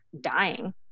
dying